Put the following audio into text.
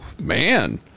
man